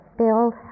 build